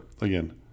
again